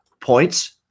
points